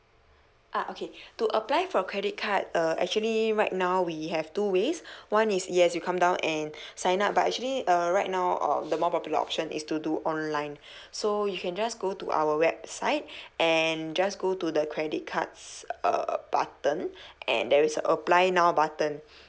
ah okay to apply for credit card uh actually right now we have two ways one is yes you come down and sign up but actually uh right now uh the more popular option is to do online so you can just go to our website and just go to the credit cards uh button and there is a apply now button